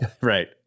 right